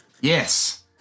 yes